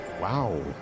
Wow